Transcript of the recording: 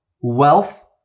wealth